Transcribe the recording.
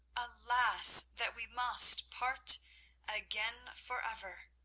alas! that we must part again forever!